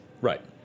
Right